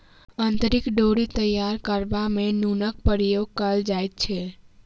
अंतरी डोरी तैयार करबा मे नूनक प्रयोग कयल जाइत छै